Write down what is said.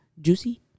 juicy